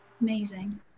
Amazing